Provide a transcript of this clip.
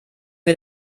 wir